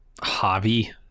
hobby